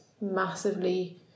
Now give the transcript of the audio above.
massively